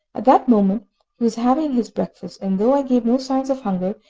at that moment he was having his breakfast, and though i gave no signs of hunger,